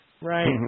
Right